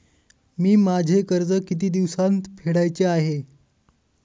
मी माझे कर्ज किती दिवसांत फेडायचे आहे?